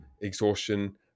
exhaustion